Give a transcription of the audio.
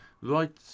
right